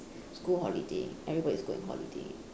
school holiday everybody's going holiday